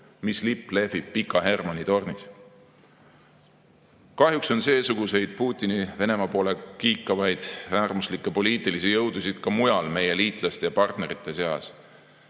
mis lipp lehvib Pika Hermanni tornis. Kahjuks on seesuguseid Putini Venemaa poole kiikavaid äärmuslikke poliitilisi jõudusid ka mujal meie liitlaste ja partnerite seas.